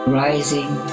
rising